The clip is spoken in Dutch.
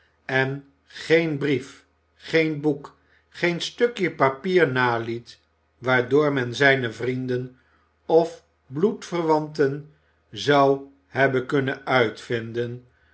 en geen brief geen boek geen stukje papier naliet waardoor men zijne vrienden of bloedverwanten zou hebben kunnen uitvinden